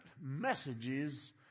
messages